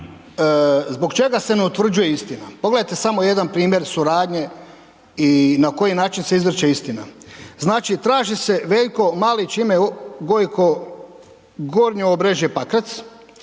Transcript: zbog čega se ne utvrđuje istina? Pogledajte samo jedan primjer suradnje i na koji način se izvrće istina. Znači, traži se Veljko Malić ime Gojko, Gornje Obrežje, Pakrac,